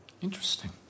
Interesting